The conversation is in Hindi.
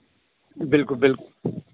बिल्कुल बिल्कुल